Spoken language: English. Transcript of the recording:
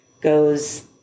goes